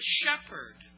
shepherd